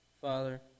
Father